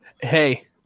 hey